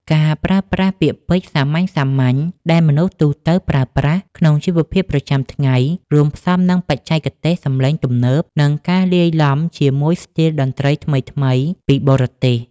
ការប្រើប្រាស់ពាក្យពេចន៍សាមញ្ញៗដែលមនុស្សទូទៅប្រើប្រាស់ក្នុងជីវភាពប្រចាំថ្ងៃ រួមផ្សំនឹងបច្ចេកទេសសម្លេងទំនើប និងការលាយឡំជាមួយស្ទីលតន្ត្រីថ្មីៗពីបរទេស